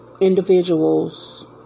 individuals